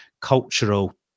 cultural